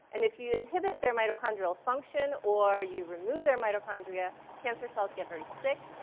and if you inhibit their mitochondrial function or you remove their mitochondria, cancer cells get very sick.